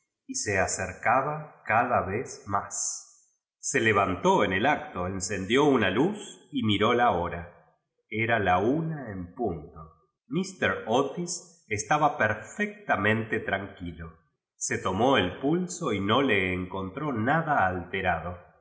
y se arerraba cada vez más se levantó en el acto encendió una luz y miró la han era la una en punto vffeter otihi estaba perfectamente tran quilo se tomó cj pulso y no le encontró nada alterada